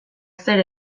zer